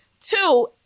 Two